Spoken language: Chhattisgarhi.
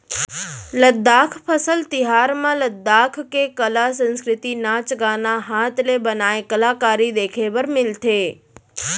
लद्दाख फसल तिहार म लद्दाख के कला, संस्कृति, नाच गाना, हात ले बनाए कलाकारी देखे बर मिलथे